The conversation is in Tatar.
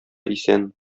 исән